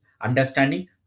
understanding